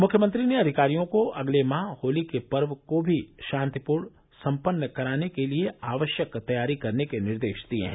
मुख्यमंत्री ने अधिकारियों को अगले माह होली के पर्व को भी शान्तिपूर्ण संपन्न कराने के लिए आवश्यक तैयारी करने के निर्देश दिए हैं